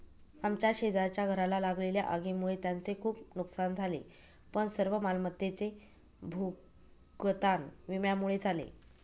आमच्या शेजारच्या घराला लागलेल्या आगीमुळे त्यांचे खूप नुकसान झाले पण सर्व मालमत्तेचे भूगतान विम्यामुळे झाले